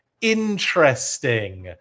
Interesting